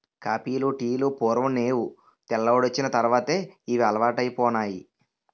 కాపీలు టీలు పూర్వం నేవు తెల్లోడొచ్చిన తర్వాతే ఇవి అలవాటైపోనాయి